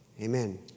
Amen